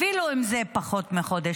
אפילו אם זה פחות מחודש.